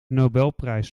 nobelprijs